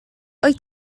wyt